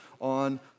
on